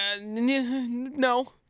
No